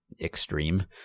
extreme